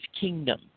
kingdom